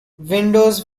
windows